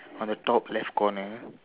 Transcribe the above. on the top left corner